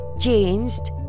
changed